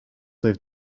heeft